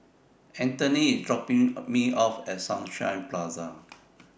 Antony IS dropping Me off At Sunshine Place